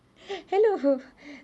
hello